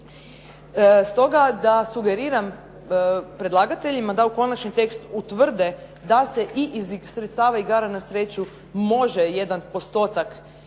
Stoga da sugeriram predlagateljima da u konačni tekst utvrde da se i iz sredstava igara na sreću može jedan postotak dodjeljivati